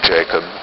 Jacob